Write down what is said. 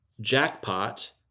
Jackpot